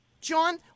John